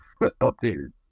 updated